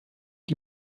die